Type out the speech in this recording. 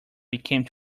became